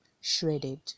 shredded